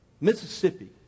Mississippi